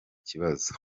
kibazo